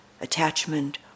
attachment